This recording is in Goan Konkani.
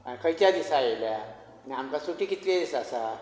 खंयच्या दिसा येयला आनी आमकां सुटी कितले दीस आसा